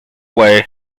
way